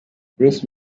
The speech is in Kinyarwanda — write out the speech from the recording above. bruce